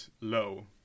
low